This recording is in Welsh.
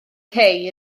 cei